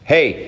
Hey